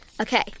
Okay